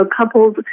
couples